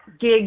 gig